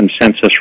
consensus